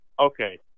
Okay